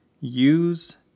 use